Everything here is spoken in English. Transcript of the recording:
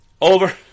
over